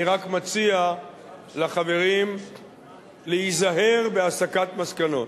אני רק מציע לחברים להיזהר בהסקת מסקנות.